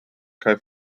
kaj